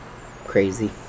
crazy